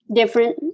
different